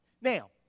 Now